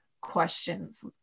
questions